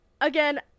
again